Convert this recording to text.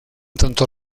tanto